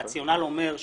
הרציונל אומר,